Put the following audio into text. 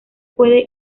puede